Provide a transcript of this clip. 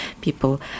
People